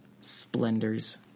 splendors